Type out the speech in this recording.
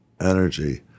energy